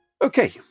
Okay